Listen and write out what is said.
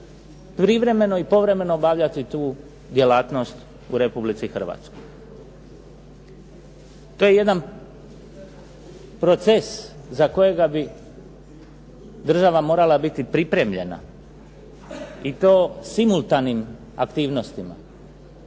privremeno i povremeno obavljati tu djelatnost u Republici Hrvatskoj. To je jedan proces za kojega bi država morala biti pripremljena i to simultanim aktivnostima